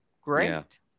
great